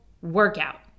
workout